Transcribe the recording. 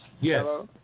Yes